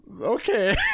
okay